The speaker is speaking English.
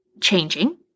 changing